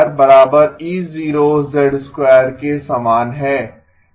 और यह R1 E0 के समान है